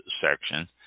section